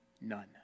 none